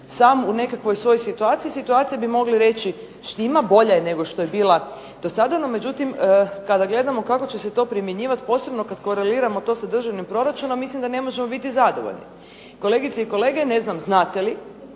samo u nekakvoj svojoj situaciji. Situacija bi mogli reći štima, bolja je nego što je bila do sada. No međutim, kada gledamo kako će se to primjenjivati posebno kad koreliramo to sa držanim proračunom mislim da ne možemo biti zadovoljni. Kolegice i kolege ne znam znate li,